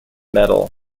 medal